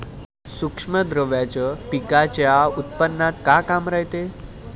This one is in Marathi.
सूक्ष्म द्रव्याचं पिकाच्या उत्पन्नात का काम रायते?